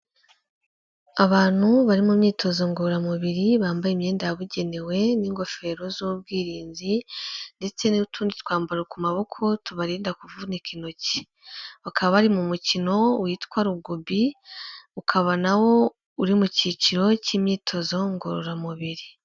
Abantu bari mu myitozo ngororamubiri bambaye imyenda yabugenewe n'ingofero z'ubwirinzi ndetse n'utundi twambaro ku maboko tubarinda kuvunika intoki. Bakaba bari mu mukino witwa rugubi ukaba nawo uri mu cyiciro cy'imyitozo ngororamubiri.